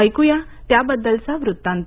ऐकू या त्याबद्दलचा वृत्तांत